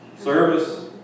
service